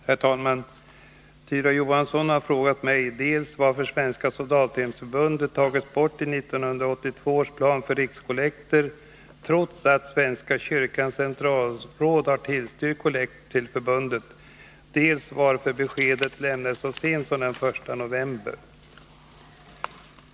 Herr talman! Tyra Johansson har frågat mig dels varför Svenska soldathemsförbundet tagits bort i 1982 års plan för rikskollekter, trots att svenska kyrkans centralråd har tillstyrkt kollekt till förbundet, dels varför beskedet lämnades så sent som i november.